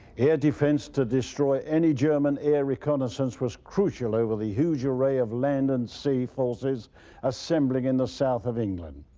air defense to destroy any german air reconnaissance was crucial over the huge array of land and sea forces assembling in the south of england.